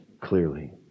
clearly